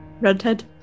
Redhead